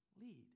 lead